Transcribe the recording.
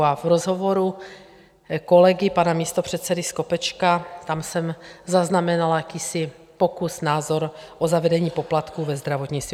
A v rozhovoru kolegy, pana místopředsedy Skopečka, tam jsem zaznamenala jakýsi pokus, názor o zavedení poplatků ve zdravotnictví.